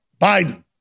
Biden